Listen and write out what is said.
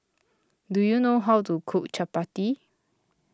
do you know how to cook Chappati